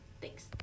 Thanks